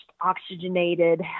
oxygenated